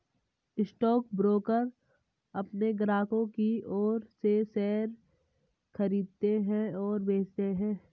stockbroker अपने ग्राहकों की ओर से शेयर खरीदते हैं और बेचते हैं